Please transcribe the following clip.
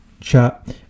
chat